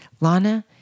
Lana